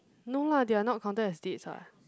no lah they are not counted as dates [what]